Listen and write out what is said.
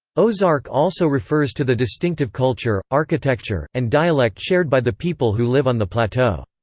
ozark also refers to the distinctive culture, architecture, and dialect shared by the people who live on the plateau.